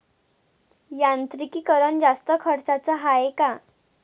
यांत्रिकीकरण जास्त खर्चाचं हाये का?